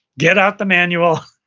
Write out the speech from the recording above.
get out the manual,